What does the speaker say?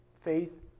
Faith